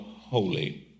holy